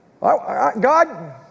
God